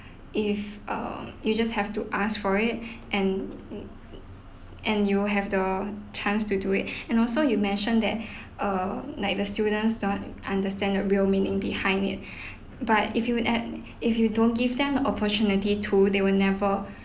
if uh you just have to ask for it and uh and you'll have the chance to do it and also you mentioned that uh like the students don't understand the real meaning behind it but if you'd at if you don't give them the opportunity to they will never